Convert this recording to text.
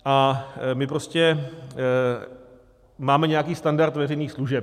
A my prostě máme nějaký standard veřejných služeb.